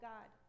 God